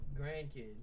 grandkid